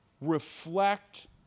reflect